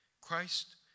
Christ